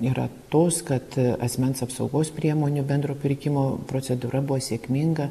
yra tos kad asmens apsaugos priemonių bendro pirkimo procedūra buvo sėkminga